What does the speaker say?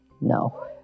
No